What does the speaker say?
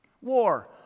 War